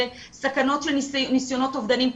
לסכנות של נסיונות אובדניים,